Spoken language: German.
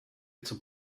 zum